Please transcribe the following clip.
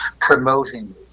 promoting